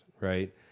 right